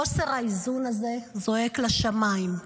חוסר האיזון הזה זועק לשמיים.